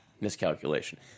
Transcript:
miscalculation